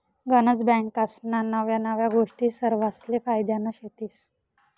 गनज बँकास्ना नव्या नव्या गोष्टी सरवासले फायद्यान्या शेतीस